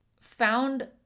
found